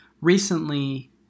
Recently